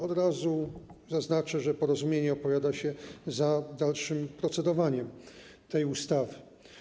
Od razu zaznaczę, że Porozumienie opowiada się za dalszym procedowaniem nad tą ustawą.